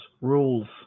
rules